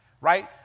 right